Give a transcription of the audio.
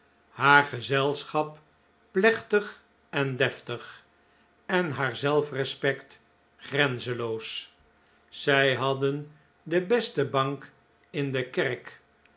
haar gezelschap plechtig en deftig en haar zelfrespect grenzenloos zij hadden de beste bank in de kerk